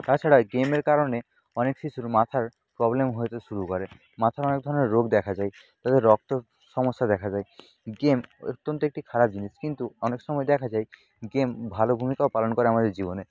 তাছাড়া গেমের কারণে অনেক শিশুর মাথার প্রবলেম হইতে শুরু করে মাথার অনেক ধরনের রোগ দেখা যায় তাদের রক্ত সমস্যা দেখা দেয় গেম অত্যন্ত একটি খারাপ জিনিস কিন্তু অনেক সময় দেখা যায় গেম ভালো ভূমিকাও পালন করে আমাদের জীবনে